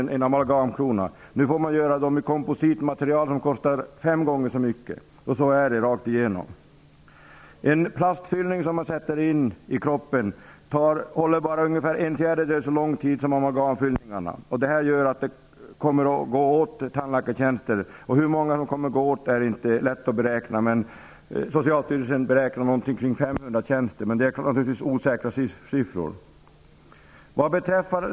Den får nu utföras i kompositmaterial, som kostar ungefär fem gånger så mycket. Så är det rakt igenom. En plastfyllning håller bara ungefär en fjärdedel av den tid i kroppen som en amalgamfyllning håller. Det kommer att behövas många tandläkartjänster för att klara de nya bestämmelserna. Hur många är inte lätt att säga. Socialstyrelsen beräknar att det blir ungefär 500 tjänster, men det är en osäker beräkning.